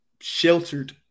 sheltered